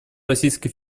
российской